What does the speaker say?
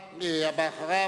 אריה, אם תקרא